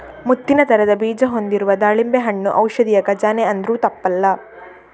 ಮುತ್ತಿನ ತರದ ಬೀಜ ಹೊಂದಿರುವ ದಾಳಿಂಬೆ ಹಣ್ಣು ಔಷಧಿಯ ಖಜಾನೆ ಅಂದ್ರೂ ತಪ್ಪಲ್ಲ